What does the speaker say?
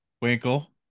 winkle